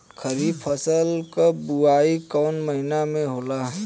खरीफ फसल क बुवाई कौन महीना में होला?